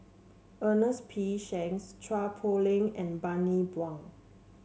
Ernest P Shanks Chua Poh Leng and Bani Buang